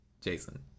Jason